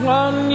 one